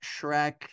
Shrek